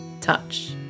touch